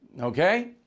Okay